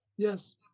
Yes